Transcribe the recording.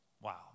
Wow